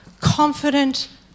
Confident